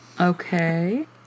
Okay